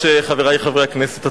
חברי הכנסת,